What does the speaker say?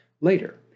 later